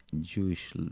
Jewish